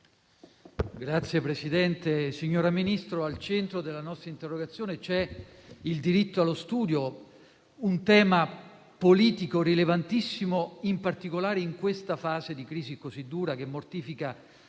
Signora Presidente, signora Ministro, al centro della nostra interrogazione c'è il diritto allo studio, un tema politico rilevantissimo in particolare in questa fase di crisi così dura, che mortifica